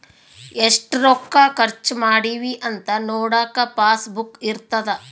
ಎಷ್ಟ ರೊಕ್ಕ ಖರ್ಚ ಮಾಡಿವಿ ಅಂತ ನೋಡಕ ಪಾಸ್ ಬುಕ್ ಇರ್ತದ